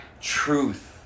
truth